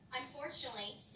Unfortunately